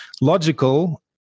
logical